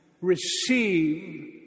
receive